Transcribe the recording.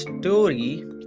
story